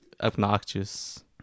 Obnoxious